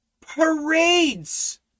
parades